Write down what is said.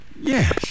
Yes